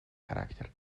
характер